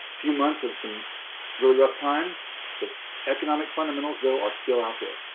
few months of some really rough times the economic fundamentals though are still out there,